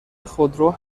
خودرو